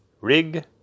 Rig